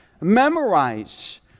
Memorize